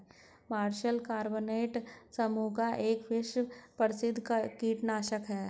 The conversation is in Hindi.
मार्शल कार्बोनेट समूह का एक विश्व प्रसिद्ध कीटनाशक है